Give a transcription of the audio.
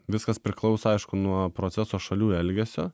viskas priklauso aišku nuo proceso šalių elgesio